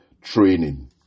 training